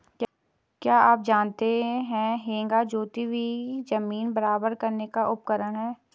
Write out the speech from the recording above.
क्या आप जानते है हेंगा जोती हुई ज़मीन बराबर करने का उपकरण है?